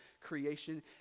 creation